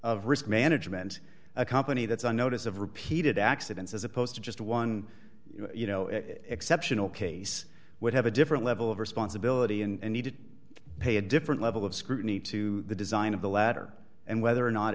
of risk management a company that's a notice of repeated accidents as opposed to just one you know exceptional case would have a different level of responsibility and need to pay a different level of scrutiny to the design of the ladder and